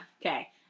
Okay